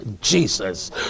Jesus